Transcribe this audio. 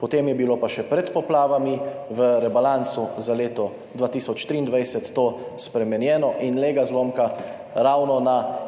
Potem je bilo pa še pred poplavami v rebalansu za leto 2023 to spremenjeno in glej ga zlomka, ravno na